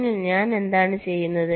അതിനാൽ ഞാൻ എന്താണ് ചെയ്യുന്നത്